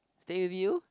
stay with you